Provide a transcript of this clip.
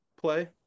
play